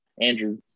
Andrew